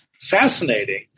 fascinating